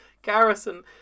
Garrison